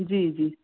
जी जी